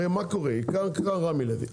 הרי מה קורה אצל רמי לוי,